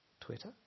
Twitter